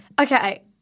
okay